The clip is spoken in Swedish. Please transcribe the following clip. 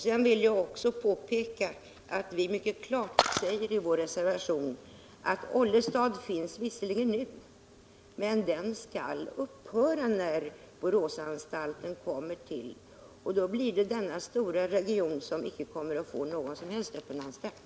Sedan vill jag också påpeka att vi mycket klart säger i vår reservation att Ollestad visserligen finns nu men att den anstalten skall upphöra när Boråsanstalten kommer till, och då får denna stora region inte någon som helst öppen anstalt.